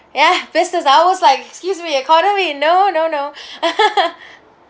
ya business I was like excuse me economy no no no